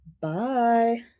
Bye